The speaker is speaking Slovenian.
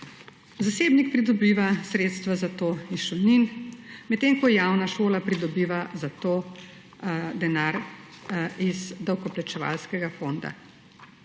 Zasebnik pridobiva sredstva za to iz šolnin, medtem ko javna šola pridobiva za to denar iz davkoplačevalskega fonda.